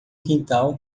quintal